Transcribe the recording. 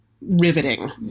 riveting